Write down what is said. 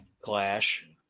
Clash